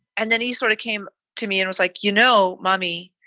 and then he sort of came to me and was like, you know, mommy,